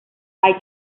hay